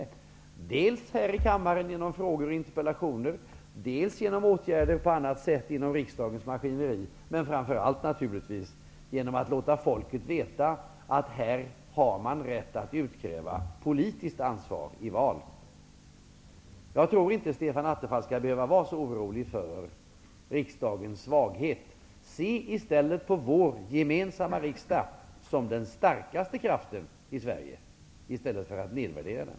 Det kan ske dels här i kammaren genom frågor och interpellationer, dels genom åtgärder på annat sätt inom riksdagens maskineri, men framför allt naturligtvis genom att låta folket veta att man här har rätt att utkräva politiskt ansvar i val. Jag tror inte att Stefan Attefall skall behöva vara så orolig för riksdagens svaghet. Se på vår gemensamma riksdag som den starkaste kraften i Sverige i stället för att nedvärdera den!